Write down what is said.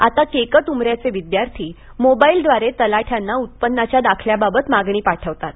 आत केकतउमऱ्याचे विदयार्थी मोबाईलद्वारे तलाठ्यांना उत्पनाच्या दाखल्याबाबत मागणी पाठवतात